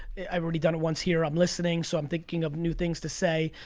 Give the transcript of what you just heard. i've already done it once here, i'm listening, so i'm thinking of new things to say.